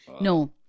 No